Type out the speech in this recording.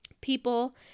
people